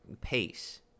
pace